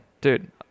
Dude